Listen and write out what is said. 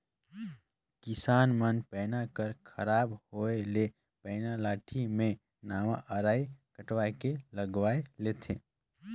किसान मन पैना कर खराब होए ले पैना लाठी मे नावा अरई कटवाए के लगवाए लेथे